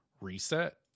reset